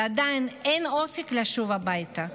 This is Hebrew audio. ועדיין אין אופק לשוב הביתה.